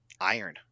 Iron